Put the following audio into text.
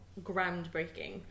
groundbreaking